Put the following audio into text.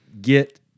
get